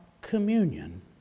communion